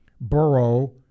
Burrow